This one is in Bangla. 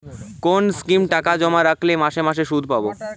কোন স্কিমে টাকা জমা রাখলে মাসে মাসে সুদ পাব?